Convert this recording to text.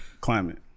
climate